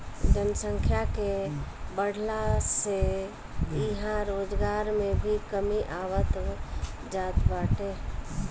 जनसंख्या के बढ़ला से इहां रोजगार में भी कमी आवत जात बाटे